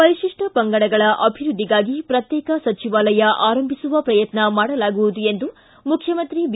ಪರಿಶಿಷ್ಟ ಪಂಗಡಗಳ ಅಭಿವೃದ್ಧಿಗಾಗಿ ಪ್ರತ್ಯೇಕ ಸಚಿವಾಲಯ ಆರಂಭಿಸುವ ಪ್ರಯತ್ನ ಮಾಡಲಾಗುವುದು ಎಂದು ಮುಖ್ಯಮಂತ್ರಿ ಬಿ